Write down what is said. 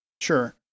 Sure